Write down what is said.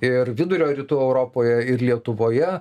ir vidurio rytų europoje ir lietuvoje